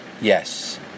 Yes